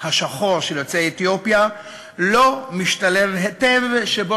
השחור של יוצאי אתיופיה לא משתלב היטב באופן שבו